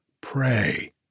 Pray